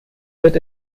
wird